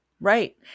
Right